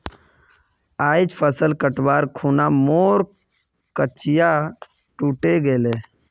आइज फसल कटवार खूना मोर कचिया टूटे गेले